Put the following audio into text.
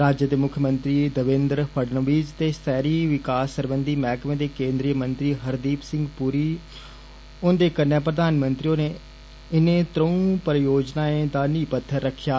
राज्य दे मुक्खमंत्री देवेन्द्र फडनवीस ते षैहरी विकास सरबंधी मैहकमे दे केन्द्री मंत्री हरदीप सिंह पुरी होन्दे कन्नै प्रधानमंत्री होरें इनें त्रौं परियोजनाएं दा नींह पत्थर रक्खेआ